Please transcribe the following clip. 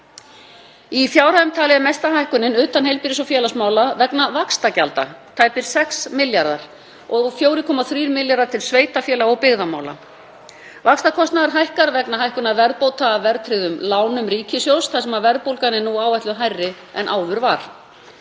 Í fjárhæðum talið er mesta hækkunin utan heilbrigðis- og félagsmála vegna vaxtagjalda, tæpir 6 milljarðar, og 4,3 milljarðar til sveitarfélaga og byggðamála. Vaxtakostnaður hækkar vegna hækkunar verðbóta af verðtryggðum lánum ríkissjóðs þar sem verðbólgan er nú áætluð hærri en áður var.